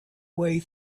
way